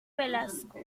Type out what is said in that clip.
velasco